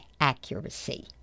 accuracy